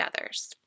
others